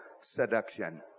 seduction